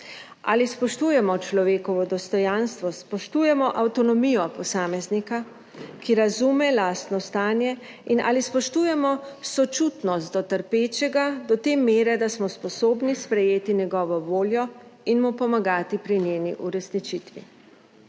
Ali spoštujemo človekovo dostojanstvo, spoštujemo avtonomijo posameznika, ki razume lastno stanje, in ali spoštujemo sočutnost do trpečega do te mere, da smo sposobni sprejeti njegovo voljo in mu pomagati pri njeni uresničitvi?